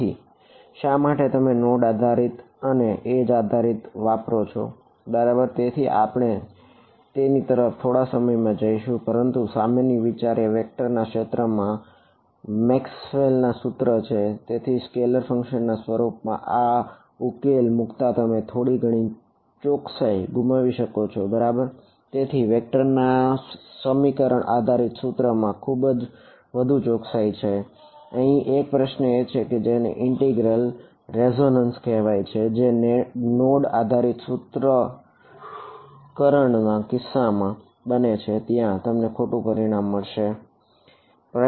તેથી શા માટે તમે નોડ આધારીત સૂત્રીકરણ ના કિસ્સામાં બને છે જ્યાં તમને ખોટું પરિણામ મળે છે